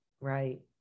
Right